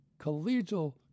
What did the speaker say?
collegial